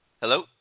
Hello